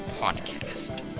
podcast